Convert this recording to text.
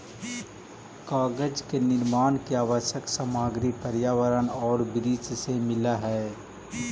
कागज के निर्माण के आवश्यक सामग्री पर्यावरण औउर वृक्ष से ही मिलऽ हई